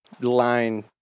line